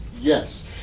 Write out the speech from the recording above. Yes